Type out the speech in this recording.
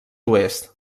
oest